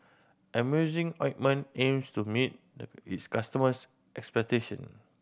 Emulsying Ointment aims to meet its customers' expectation